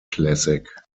classic